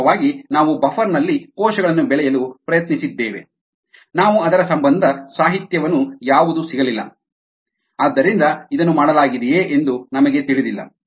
ವಾಸ್ತವವಾಗಿ ನಾವು ಬಫರ್ ನಲ್ಲಿ ಕೋಶಗಳನ್ನು ಬೆಳೆಯಲು ಪ್ರಯತ್ನಿಸಿದ್ದೇವೆ ನಾವು ಅದರ ಸಂಬಂಧ ಸಾಹಿತ್ಯವನ್ನು ಯಾವುದೂ ಸಿಗಲಿಲ್ಲ ಆದ್ದರಿಂದ ಇದನ್ನು ಮಾಡಲಾಗಿದೆಯೆ ಎಂದು ನಮಗೆ ತಿಳಿದಿಲ್ಲ